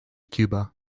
cuba